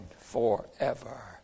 forever